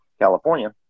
California